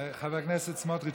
חבר הכנסת סמוטריץ,